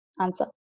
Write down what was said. answer